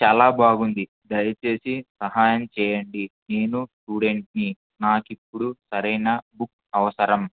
చాలా బాగుంది దయచేసి సహాయం చేయండి నేను స్టూడెంట్ని నాకు ఇప్పుడు సరైన బుక్ అవసరం